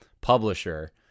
publisher